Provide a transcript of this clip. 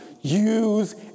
use